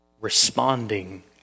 responding